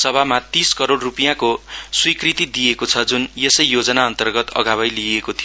सभामा तीस करोड रूपियाँको स्वीकृति दिएको छ जुन यसै योजना अन्तर्गत अघावै लिएको थियो